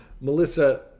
Melissa